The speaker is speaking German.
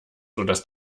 sodass